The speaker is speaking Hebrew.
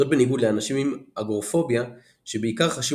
זאת בניגוד לאנשים עם אגורפוביה שבעיקר חשים